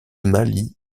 mali